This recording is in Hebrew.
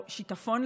או שיטפון,